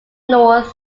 north